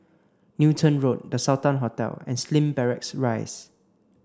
Newton Road The Sultan Hotel and Slim Barracks Rise